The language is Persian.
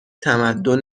تمدن